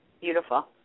Beautiful